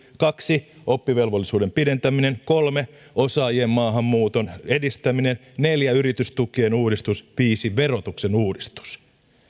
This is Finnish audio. kaksi oppivelvollisuuden pidentäminen kolme osaajien maahanmuuton edistäminen neljä yritystukien uudistus viisi verotuksen uudistus